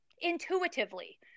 intuitively